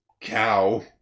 cow